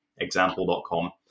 example.com